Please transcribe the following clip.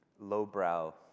lowbrow